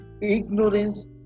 ignorance